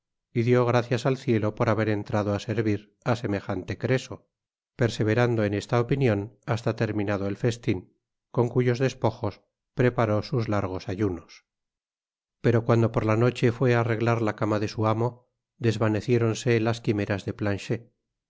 dió gracias al cielo por haber entrado á servir á semejante creso perseverando en esta opinion hasta terminado el festin con cuyos despojos reparó sus largos ayunos pero cuando por la noche fué á arreglar la cama de su amo desvaneciéronse las quimeras de planchet